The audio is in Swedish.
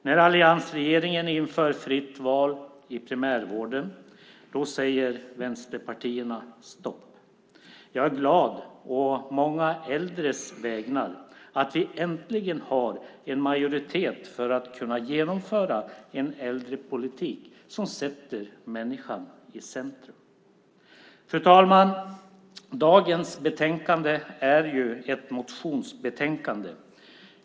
När alliansregeringen inför fritt val i primärvården säger vänsterpartierna stopp. Jag är glad å många äldres vägnar att vi äntligen har en majoritet för att kunna genomföra en äldrepolitik som sätter människan i centrum. Fru talman! Dagens betänkande är ett motionsbetänkande.